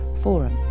forum